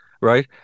right